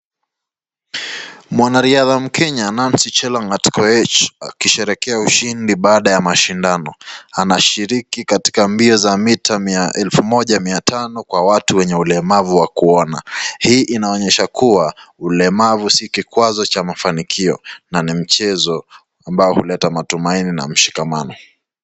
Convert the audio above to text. Mwanariadha mkenya Nancy Cheragat Koech akisherehekea ushindi baada ya mashindano. Anashiriki katika mbio za mita elfu moja mia tano kwa watu wenye ulemavu wa kuona. Hii inaonyesha kuwa ulemavu sio kikwazo cha mafanikio na ni mchezo ambao huleta matumaini na mshikamano.